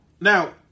Now